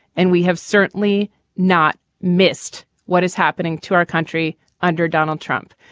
and we have certainly not missed what is happening to our country under donald trump.